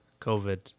COVID